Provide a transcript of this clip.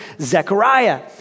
Zechariah